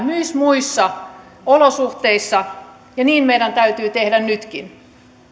myös muissa olosuhteissa ja niin meidän täytyy tehdä nytkin